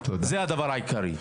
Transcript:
זה הדבר העיקרי.